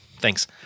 thanks